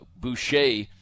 Boucher